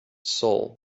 soul